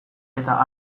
eta